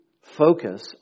focus